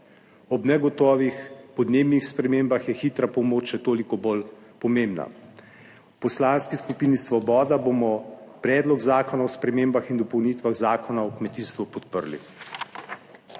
ob negotovih podnebnih spremembah je hitra pomoč še toliko bolj pomembna. V Poslanski skupini Svoboda bomo Predlog zakona o spremembah in dopolnitvah Zakona o kmetijstvu podprli.